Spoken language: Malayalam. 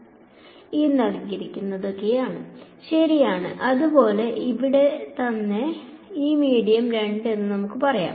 ഉം ഉം ശരിയാണ് അതുപോലെ തന്നെ ഉം മീഡിയം 2 ന് നമുക്ക് പറയാം